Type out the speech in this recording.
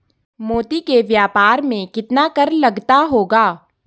मोती के व्यापार में कितना कर लगता होगा?